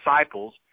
disciples